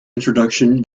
introduction